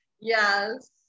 Yes